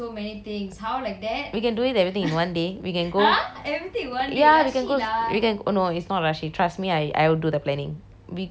we can do it everything in one day we can go ya we can go we can no it's not rushing trust me I will do the planning we go morning swimming